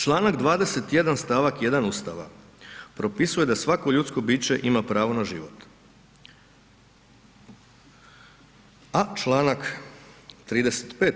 Članak 21. stavak 1. Ustava propisuje da svako ljudsko biće ima pravo na život, a Članak 35.